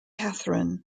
katherine